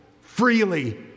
freely